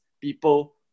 people